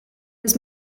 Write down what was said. his